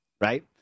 right